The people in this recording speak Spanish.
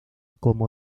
como